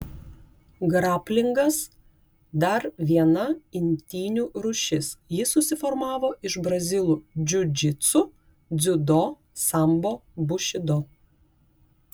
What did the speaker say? graplingas dar viena imtynių rūšis ji susiformavo iš brazilų džiudžitsu dziudo sambo bušido